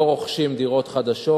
לא רוכשים דירות חדשות,